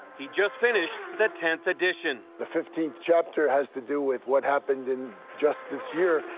he just finished the tenth edition. the fifteenth chapter has to do with what happened and just this year,